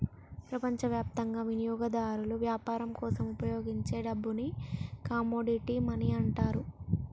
ప్రపంచవ్యాప్తంగా వినియోగదారులు వ్యాపారం కోసం ఉపయోగించే డబ్బుని కమోడిటీ మనీ అంటారు